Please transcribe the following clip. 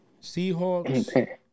Seahawks